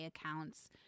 accounts